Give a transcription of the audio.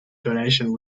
donation